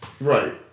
Right